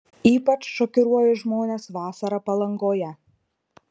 ypač šokiruoju žmones vasarą palangoje